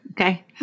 Okay